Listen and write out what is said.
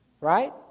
Right